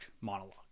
monologue